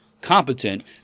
competent